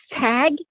tag